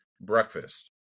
breakfast